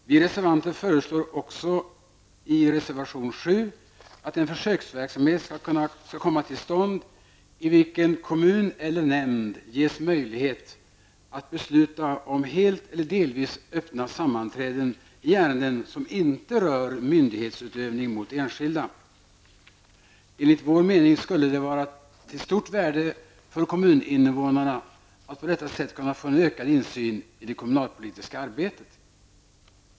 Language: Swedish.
Vi reservanter föreslår också i reservation nr 7 att en försöksverksamhet skall komma till stånd i vilken kommun eller nämnd ges möjlighet att besluta om helt eller delvis öppna sammanträden i ärenden som inte rör myndighetsutövning mot enskilda. Enligt vår mening skulle det vara av stort värde för kommuninvånarna att på detta sätt kunna få en ökad insyn i det kommunalpolitiska arbetet.